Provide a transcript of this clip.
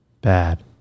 Bad